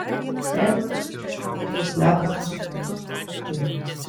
veidrodis prieškambaryje slepiamas juodu tiuliu